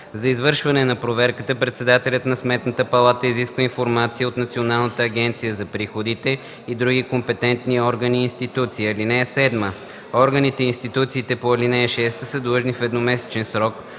За извършване на проверката председателят на Сметната палата изисква информация от Националната агенция за приходите и други компетентни органи и институции. (7) Органите и институциите по ал. 6 са длъжни в едномесечен срок